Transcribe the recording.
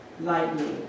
lightly